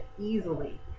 easily